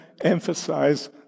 emphasize